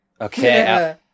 Okay